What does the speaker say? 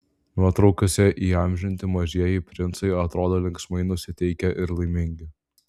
nuotraukose įamžinti mažieji princai atrodo linksmai nusiteikę ir laimingi